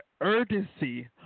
urgency